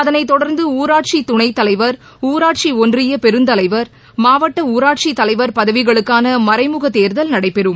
அதளைத் தொடர்ந்து ஊராட்சி துணைத்தலைவர் ஊராட்சி ஒன்றிய பெருந்தலைவர் மாவட்ட ஊராட்சி தலைவர் பதவிகளுக்கான மறைமுக தேர்தல் நடைபெறும்